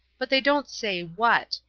but they don't say what.